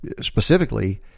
specifically